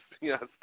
yes